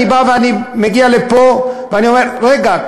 אני מגיע לפה ואני אומר: רגע,